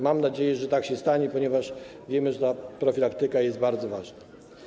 Mam nadzieję, że tak się stanie, ponieważ wiemy, że profilaktyka jest bardzo ważna.